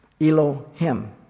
Elohim